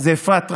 אפרת רייטן,